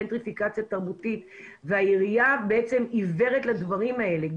ג'נטריפיקציה תרבויות והעירייה בעצם עיוורת לדברים האלה.